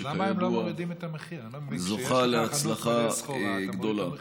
שכידוע זוכה להצלחה גדולה.